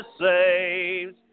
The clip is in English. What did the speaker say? saves